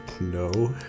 No